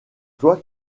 toi